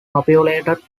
populated